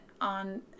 on